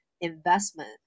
investment